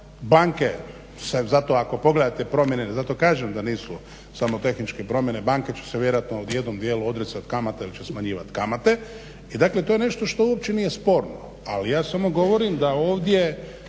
banke se zato ako pogledate promjene, zato kažem da nisu samo tehničke promjene, banke će se vjerojatno u jednom dijelu odricati kamata ili će smanjivati kamate i dakle to je nešto što uopće nije sporno. Ali ja samo govorim da ovdje